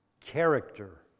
character